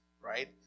right